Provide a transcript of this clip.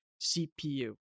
CPU